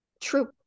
True